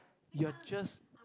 you are just